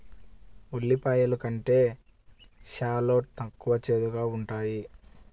ఉల్లిపాయలు కంటే షాలోట్ తక్కువ చేదుగా ఉంటాయి